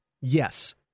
yes